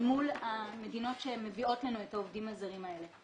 אל מול המדינות שמביאות לנו את העובדים הזרים האלה.